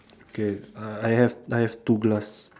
okay I I have I have two glass